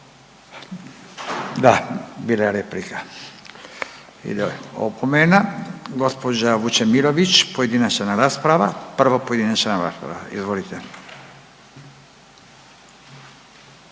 Da, bila je replika, ide opomena. Gospođa Vučemilović, pojedinačna rasprava, prava pojedinačna rasprava. Izvolite.